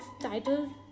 title